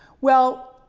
well,